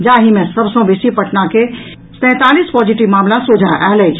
जाहि मे सॅ बेसी पटना सॅ तैंतालीस पॉजिटिव मामिला सोझा आयल अछि